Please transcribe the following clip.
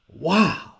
Wow